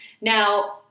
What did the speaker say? Now